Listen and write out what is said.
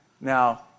Now